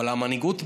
אבל המנהיגות,